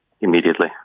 immediately